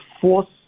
force